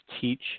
teach